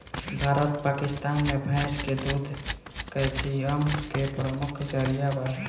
भारत पकिस्तान मे भैंस के दूध कैल्सिअम के प्रमुख जरिआ बा